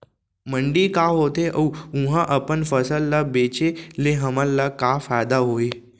मंडी का होथे अऊ उहा अपन फसल ला बेचे ले हमन ला का फायदा होही?